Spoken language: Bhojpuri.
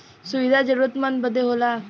सुविधा जरूरतमन्द बदे होला